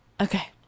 Okay